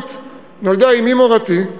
השליחות נולדה אמי מורתי,